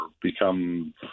become